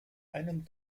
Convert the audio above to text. einen